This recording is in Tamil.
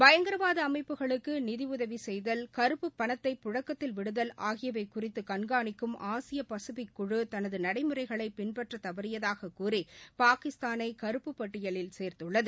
பயங்கரவாதஅமைப்புக்ளுக்குறிதிஉதவிசெய்தல் கறுப்புப் பணத்தை பழக்கத்தில் விடுதல் ஆகியவைகுறித்துகண்காணிக்கும் ஆசிய பசிபிக் குழு தனதுநடைமுறைகளைபின்பற்றத் தவறியதாகக் கூறி பாகிஸ்தானைகறுப்புப் பட்டியலில் சேர்த்துள்ளது